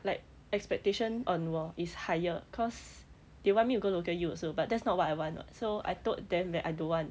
like expectation on 我 is higher cause they want me to go local U also but that's not what I want [what] so I told them that I don't want